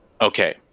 okay